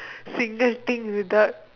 single thing without